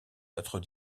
notre